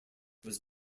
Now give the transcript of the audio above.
was